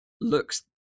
looks